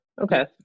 Okay